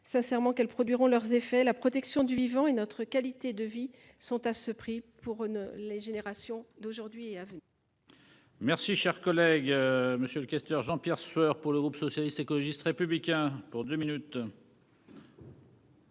sincèrement qu'elles produiront leurs effets, la protection du vivant et notre qualité de vie sont à ce prix pour les générations d'aujourd'hui à vous. Merci, cher collègue, Monsieur le questeur Jean-Pierre Sueur pour le groupe socialiste, écologiste républicain pour 2 minutes.